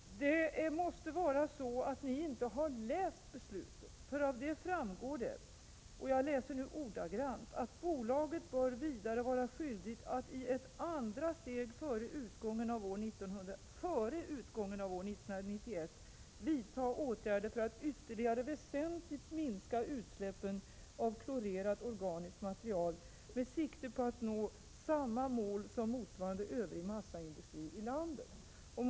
Ni måtte inte ha läst beslutet. Av det framgår att bolaget bör vidare vara skyldigt att i ett andra steg före utgången av år 1991 vidta åtgärder för att ytterligare väsentligt minska utsläppen av klorerat organiskt material med sikte på att nå samma mål som motsvarande massaindustri i landet i övrigt.